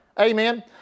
Amen